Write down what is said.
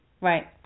Right